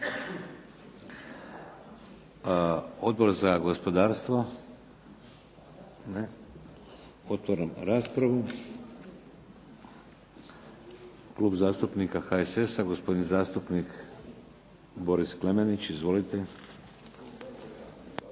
Odbor za gospodarstvo? Ne. Otvaram raspravu. Klub zastupnika HSS-a gospodin zastupnik Boris Klemenić. Izvolite.